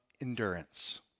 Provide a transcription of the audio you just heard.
endurance